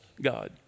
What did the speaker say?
God